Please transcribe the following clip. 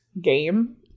game